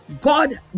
God